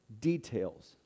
details